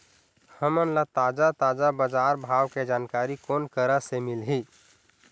हमन ला ताजा ताजा बजार भाव के जानकारी कोन करा से मिलही?